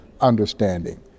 understanding